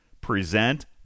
present